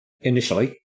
initially